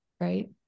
right